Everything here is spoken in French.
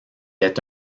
est